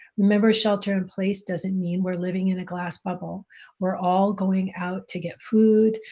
remember shelter-in-place doesn't mean we're living in a glass bubble we're all going out to get food.